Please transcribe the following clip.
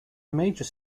major